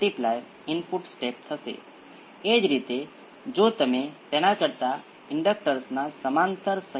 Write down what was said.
આમ પ્રથમ તબક્કાનો નેચરલ રિસ્પોન્સ એ બીજા તબક્કામાં ડ્રાઇવિંગ ઇનપુટ છે અને તે જેમ છે તેમ જ દેખાય છે